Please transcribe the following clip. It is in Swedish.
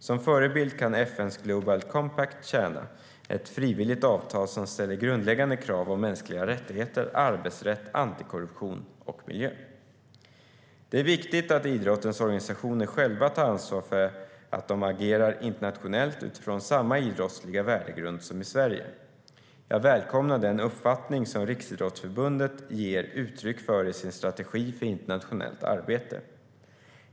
Som förebild kan FN:s Global Compact tjäna. Det är ett frivilligt avtal som ställer grundläggande krav om mänskliga rättigheter, arbetsrätt, antikorruption och miljö. Det är viktigt att idrottens organisationer själva tar ansvar för att de internationellt agerar utifrån samma idrottsliga värdegrund som i Sverige. Jag välkomnar den uppfattning som Riksidrottsförbundet, RF, ger uttryck för i sin strategi för internationellt arbete.